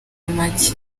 amagi